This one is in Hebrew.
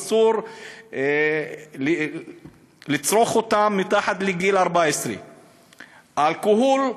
אסור לצרוך אותם מתחת לגיל 14. אלכוהול,